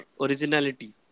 originality